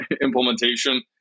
implementation